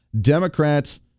Democrats